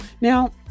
Now